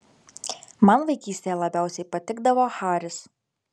man vaikystėje labiausiai patikdavo haris